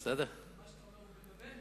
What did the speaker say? מה שאתה אומר הוא מגבה?